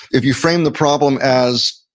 if you frame the problem as,